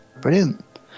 brilliant